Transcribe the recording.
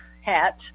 hat